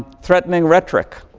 threatening rhetoric.